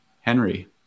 Henry